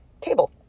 table